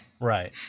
Right